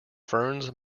ferns